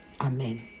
amen